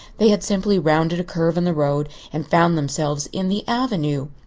they had simply rounded a curve in the road and found themselves in the avenue.